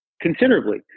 considerably